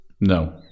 no